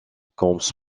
camps